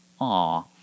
Aww